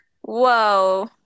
Whoa